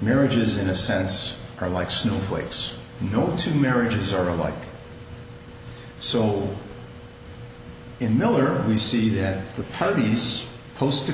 marriage is in a sense or like snowflakes no two marriages are alike so in miller we see that the parties post